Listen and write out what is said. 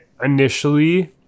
initially